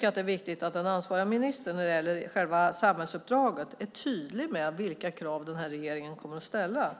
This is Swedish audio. Därför är det viktigt att den ansvariga ministern i fråga om samhällsuppdraget är tydlig med vilka krav den här regeringen kommer att ställa.